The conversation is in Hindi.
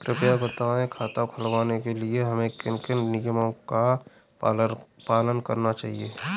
कृपया बताएँ खाता खुलवाने के लिए हमें किन किन नियमों का पालन करना चाहिए?